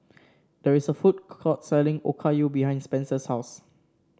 there is a food court selling Okayu behind Spencer's house